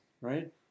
right